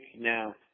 Now